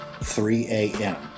3AM